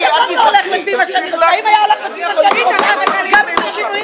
הוא סגר לי את העסק ------ כי אנחנו מתנגדים לזה.